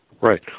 Right